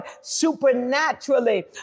supernaturally